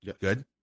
Good